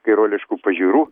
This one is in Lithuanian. kairuoliškų pažiūrų